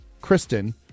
Kristen